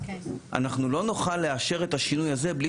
אנחנו לא נוכל לאשר את השינוי הזה מבלי